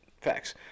Facts